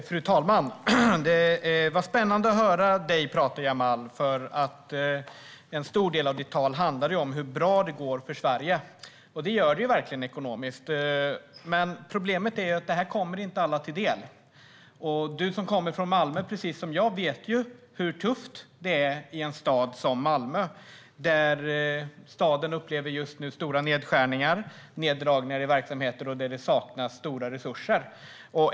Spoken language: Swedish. Fru talman! Det var spännande att höra dig tala, Jamal, för en stor del av ditt tal handlade om hur bra det går för Sverige. Det gör det ju verkligen ekonomiskt sett, men problemet är att det inte kommer alla till del. Du som kommer från Malmö, precis som jag, vet ju hur tufft det är i en stad som Malmö. Staden upplever just nu stora nedskärningar och neddragningar i verksamheter, och det saknas stora resurser.